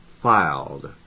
filed